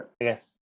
Yes